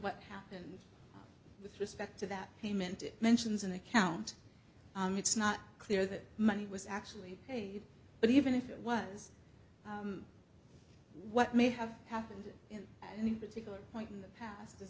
what happened with respect to that payment it mentions an account it's not clear that money was actually paid but even if it was what may have happened in any particular point in the past